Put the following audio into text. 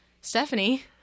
Stephanie